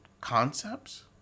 concepts